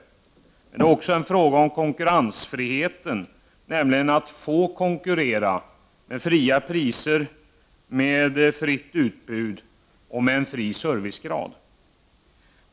Det gäller också konkurrensfriheten, att få konkurrera med fria priser, med fritt utbud och med en fri servicegrad.